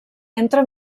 entre